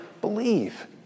believe